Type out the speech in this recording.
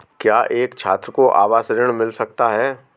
क्या एक छात्र को आवास ऋण मिल सकता है?